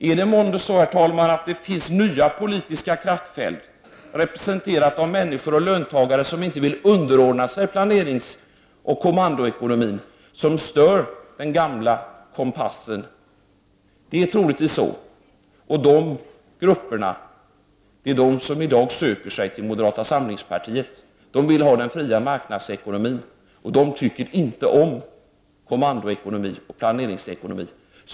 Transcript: Är det månne så att det finns nya politiska kraftfält, representerande människor och löntagare som inte vill underordna sig planeringsoch kommandoekonomin, som stör den gamla kompassen? Ja, troligtvis är det så. Det är de grupperna som i dag söker sig till moderata samlingspartiet. De vill ha den fria marknadsekonomin och tycker inte om planeringsekonomin och kommandoekonomin.